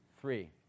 three